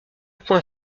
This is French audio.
point